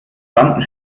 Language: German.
gespannten